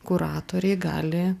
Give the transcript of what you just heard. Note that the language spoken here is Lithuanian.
kuratoriai gali